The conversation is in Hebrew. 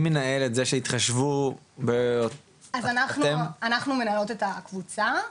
אנחנו מנהלות את הקבוצה.